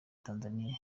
tanzania